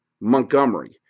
Montgomery